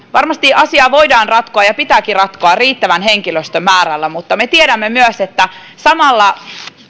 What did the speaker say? varmasti asia voidaan ratkoa ja pitääkin ratkoa riittävällä henkilöstön määrällä mutta me tiedämme myös että samalla